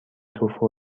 توفو